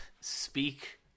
speak